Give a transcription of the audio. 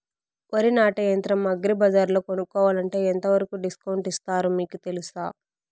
వరి నాటే యంత్రం అగ్రి బజార్లో కొనుక్కోవాలంటే ఎంతవరకు డిస్కౌంట్ ఇస్తారు మీకు తెలుసా?